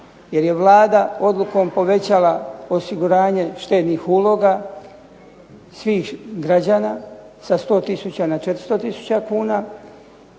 jer je Vlada odlukom povećala osiguranje štednih uloga svih građana sa 100 tisuća na 400 tisuća